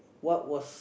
what was